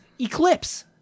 eclipse